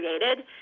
created